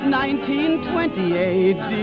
1928